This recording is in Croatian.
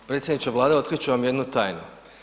Pa predsjedniče Vlade, otkrit ću vam jednu tajnu.